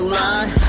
line